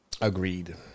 Agreed